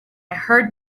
heard